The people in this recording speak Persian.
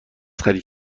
خرید